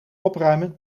opruimen